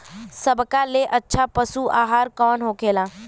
सबका ले अच्छा पशु आहार कवन होखेला?